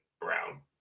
Brown